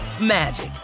magic